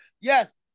yes